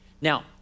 Now